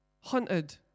hunted